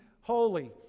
holy